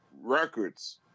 records